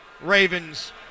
Ravens